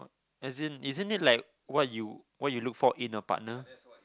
as in isn't like what you what you look for in a partner